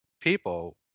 people